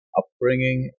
upbringing